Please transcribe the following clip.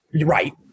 Right